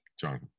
John